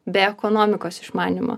be ekonomikos išmanymo